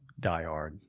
diehard